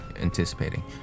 anticipating